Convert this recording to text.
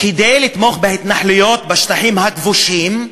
כדי לתמוך בהתנחלויות בשטחים הכבושים,